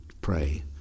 pray